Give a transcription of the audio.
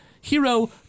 Hero